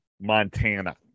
Montana